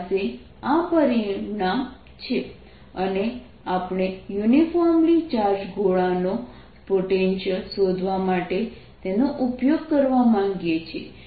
VrRσ0 r ≤ R અને આપણે uniformly charge ગોળાનો પોટેન્શિયલ શોધવા માટે તેનો ઉપયોગ કરવા માગીએ છીએ